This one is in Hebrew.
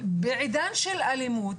בעידן של אלימות,